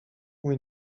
mój